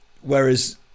whereas